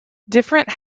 different